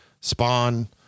spawn